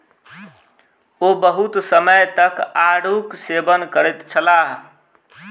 ओ बहुत समय तक आड़ूक सेवन करैत छलाह